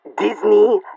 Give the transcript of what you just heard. disney